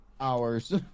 hours